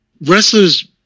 wrestlers